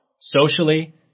socially